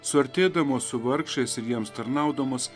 suartėdamos su vargšais ir jiems tarnaudamos